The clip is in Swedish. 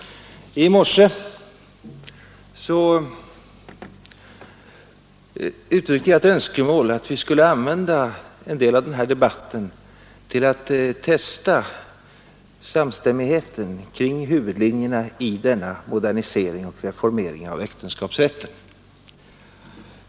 I morse uttryckte jag ett önskemål att vi skulle använda en del av denna debatt till att testa samstämmigheten kring huvudlinjerna i denna modernisering och reformering av äktenskapsrätten.